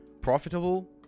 profitable